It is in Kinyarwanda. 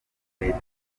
leta